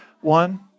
One